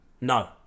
no